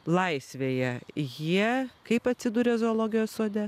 laisvėje jie kaip atsiduria zoologijos sode